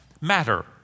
matter